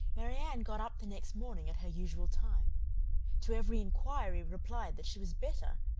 marianne got up the next morning at her usual time to every inquiry replied that she was better,